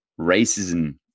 racism